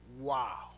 Wow